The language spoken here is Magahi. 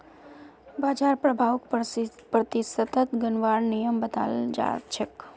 बाजार प्रभाउक प्रतिशतत गिनवार नियम बताल जा छेक